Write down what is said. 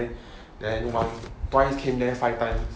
then once twice came then five times